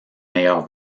meilleures